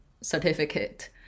certificate